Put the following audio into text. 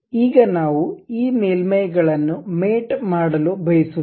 ಈಗ ನಾವು ಈ ಮೇಲ್ಮೈಗಳನ್ನು ಮೇಟ್ ಮಾಡಲು ಬಯಸುತ್ತೇವೆ